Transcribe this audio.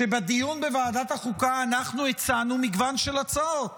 שבדיון בוועדת החוקה אנחנו הצענו מגוון של הצעות